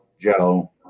Joe